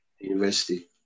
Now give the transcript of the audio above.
university